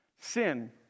Sin